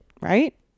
right